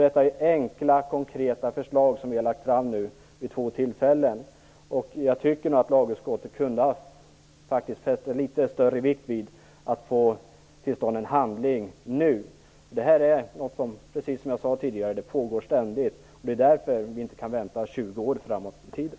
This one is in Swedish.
Detta är enkla, konkreta förslag som vi har lagt fram vid två tillfällen nu. Jag tycker faktiskt att lagutskottet kunde ha fäst litet större vikt vid att nu få till stånd en handling. Som jag sade tidigare pågår det här ständigt. Därför kan vi inte vänta 20 år framåt i tiden.